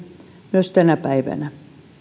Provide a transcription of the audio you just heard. myös tänä päivänä